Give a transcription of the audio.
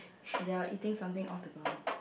they are eating something off the ground